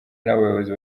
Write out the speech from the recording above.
n’abayobozi